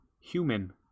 human